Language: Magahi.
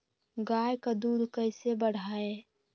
गाय का दूध कैसे बढ़ाये?